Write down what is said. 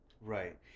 Right